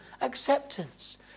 acceptance